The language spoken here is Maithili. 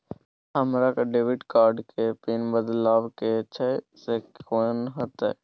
हमरा डेबिट कार्ड के पिन बदलवा के छै से कोन होतै?